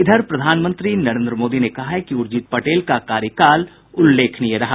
इधर प्रधानमंत्री नरेन्द्र मोदी ने कहा है कि उर्जित पटेल का कार्यकाल उल्लेखनीय रहा